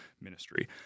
ministry